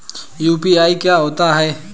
UPI क्या होता है?